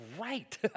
right